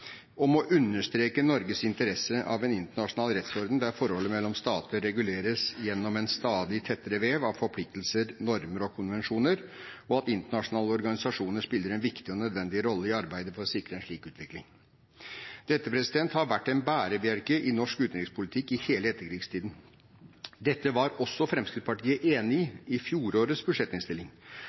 om å understreke «Norges interesse av en internasjonal rettsorden der forholdet mellom stater reguleres gjennom en stadig tettere vev av forpliktelser, normer og konvensjoner. Internasjonale organisasjoner spiller en viktig og nødvendig rolle i arbeidet for å sikre en slik utvikling». Dette har vært en bærebjelke i norsk utenrikspolitikk i hele etterkrigstiden. Dette var også Fremskrittspartiet enig i i fjorårets budsjettinnstilling.